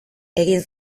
egin